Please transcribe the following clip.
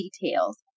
details